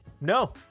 No